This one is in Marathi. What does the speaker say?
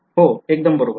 हो एकदम बरोबर